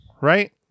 right